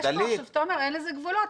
תומר, אין לזה גבולות.